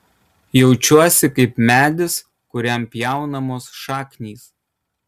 jaučiuosi kaip medis kuriam pjaunamos šaknys